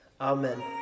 amen